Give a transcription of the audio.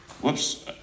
Whoops